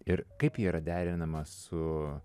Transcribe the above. ir kaip ji yra derinama su